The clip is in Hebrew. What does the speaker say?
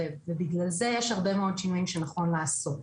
ובגלל זה יש הרבה מאוד שינויים שנכון לעשות.